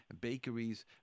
bakeries